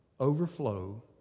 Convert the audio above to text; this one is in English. overflow